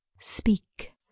Speak